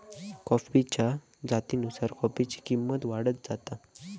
कॉफीच्या जातीनुसार कॉफीची किंमत वाढत जाता